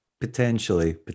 potentially